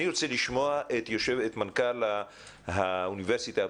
אני רוצה לשמוע את מנכ"ל האוניברסיטה הפתוחה,